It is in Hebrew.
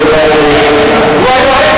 חברת הכנסת